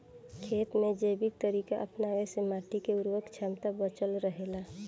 खेत में जैविक तरीका अपनावे से माटी के उर्वरक क्षमता बचल रहे ला